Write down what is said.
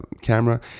camera